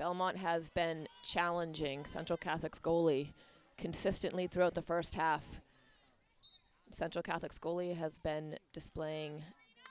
belmont has been challenging central classics goalie consistently throughout the first half central catholic school lee has been displaying